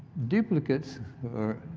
duplicates or